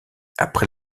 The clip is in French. après